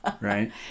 right